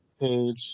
page